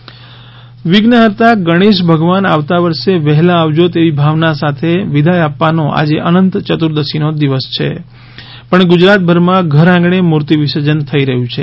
ગણેશ વિસર્જન વિધ્નહર્તા ગણેશ ભગવાન આવતા વર્ષે વહેલા આવજો તેવી ભાવના સાથે ને વિદાય આપવાનો આજે અનંત ચતુર્દશી નો દિવસ છે પણ ગુજરાતભર માં ઘર આંગણે મુર્તિ વિસર્જન થઈ રહ્યું છે